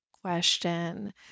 question